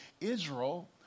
Israel